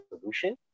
solution